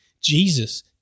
Jesus